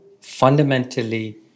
fundamentally